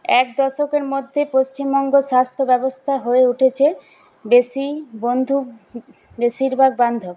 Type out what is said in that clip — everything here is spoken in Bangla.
এক দশকের মধ্যে পশ্চিমবঙ্গ স্বাস্থ্য ব্যবস্থা হয়ে উঠেছে বেশি বন্ধু বেশিরভাগ বান্ধব